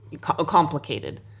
complicated